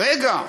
רגע.